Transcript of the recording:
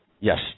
yes